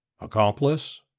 Accomplice